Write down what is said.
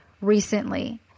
recently